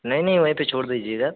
नहीं नहीं वहीं पर छोड़ दीजिएगा